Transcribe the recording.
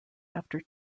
after